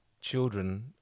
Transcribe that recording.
children